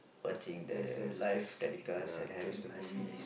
watching the live telecast and having my snack